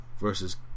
versus